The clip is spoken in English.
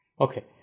Okay